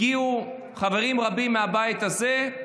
והגיעו חברים רבים מהבית הזה,